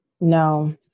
no